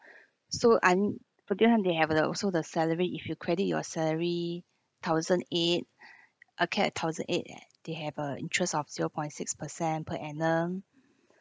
so I need so then they have the also the salary if you credit your salary thousand eight a cap at thousand eight eh they have a interest of zero point six percent per annum